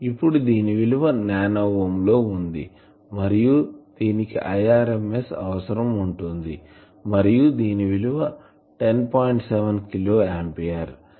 ఇప్పుడు దీని విలువ నానో ఓం వుంది మరియు దీనికి Irms అవసరం ఉంటుంది మరియు దీని విలువ 10